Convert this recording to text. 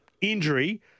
injury